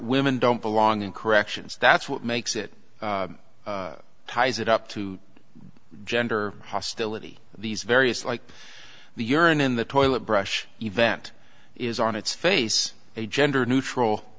women don't belong in corrections that's what makes it ties it up to gender hostility these various like the yearn in the toilet brush event is on its face a gender neutral